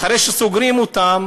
אחרי שסוגרים אותם